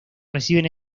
reciben